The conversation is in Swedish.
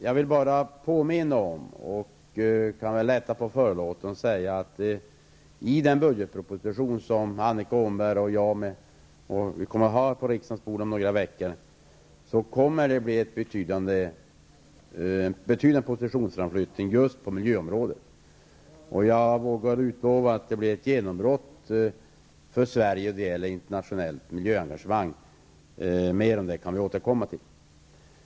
Jag kan väl lätta på förlåten och säga att i den budgetproposition som Annika Åhnberg och jag kommer att ha på riksdagens bord om några veckor blir det en betydande positionsframflyttning just på miljöområdet. Jag vågar utlova att det blir ett genombrott för Sverige när det gäller internationellt miljöengagemang. Vi kan återkomma till detta.